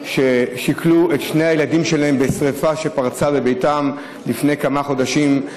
ששכלו את שני הילדים שלהם בשרפה שפרצה בביתם לפני כמה חודשים,